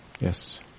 Yes